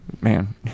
Man